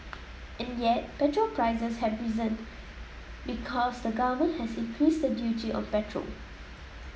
and yet petrol prices have risen because the Government has increased the duty of petrol